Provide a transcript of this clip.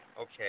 Okay